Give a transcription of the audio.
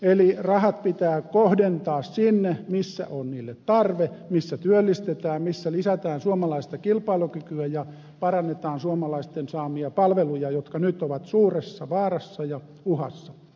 eli rahat pitää kohdentaa sinne missä on niille tarve missä työllistetään missä lisätään suomalaista kilpailukykyä ja parannetaan suomalaisten saamia palveluja jotka nyt ovat suuressa vaarassa ja uhassa